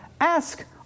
ask